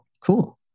Cool